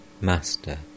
Master